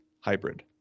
hybrid